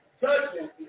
judgment